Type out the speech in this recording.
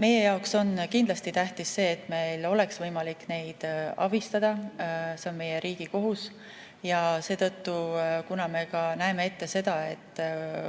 Meie jaoks on kindlasti tähtis see, et meil oleks võimalik neid abistada, see on meie riigi kohus, ja seetõttu, kuna me näeme ette seda, et